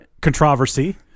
controversy